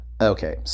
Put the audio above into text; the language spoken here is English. Okay